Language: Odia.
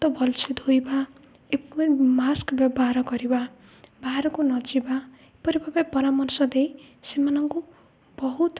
ତ ଭଲସ ଧୋଇବା ମାସ୍କ ବ୍ୟବହାର କରିବା ବାହାରକୁ ନଯିବା ଏପରି ଭା ପରାମର୍ଶ ଦେଇ ସେମାନଙ୍କୁ ବହୁତ